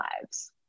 lives